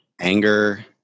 anger